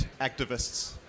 activists